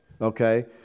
okay